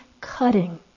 cutting